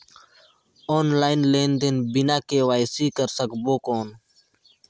Online लेनदेन बिना KYC कर सकबो कौन??